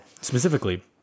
specifically